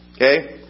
Okay